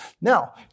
Now